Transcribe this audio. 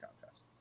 contest